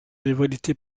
rivalité